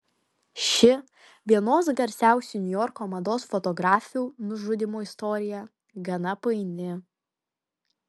ši vienos garsiausių niujorko mados fotografių nužudymo istorija gana paini